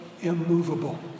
immovable